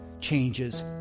changes